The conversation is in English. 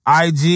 IG